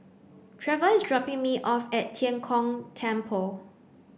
Treva is dropping me off at Tian Kong Temple